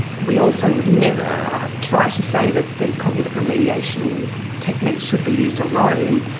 we also would never try to say that these cognitive remediation techniques should be used alone.